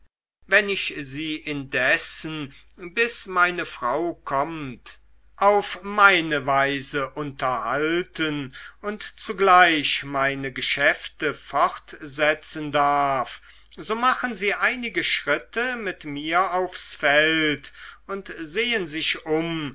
wenn ich sie indessen bis meine frau kommt auf meine weise unterhalten und zugleich meine geschäfte fortsetzen darf so machen sie einige schritte mit mir aufs feld und sehen sich um